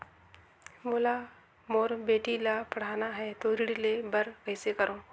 मोला मोर बेटी ला पढ़ाना है तो ऋण ले बर कइसे करो